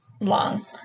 long